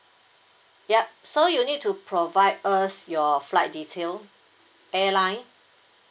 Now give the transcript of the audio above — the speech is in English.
ya so you need to provide us your flight detail airline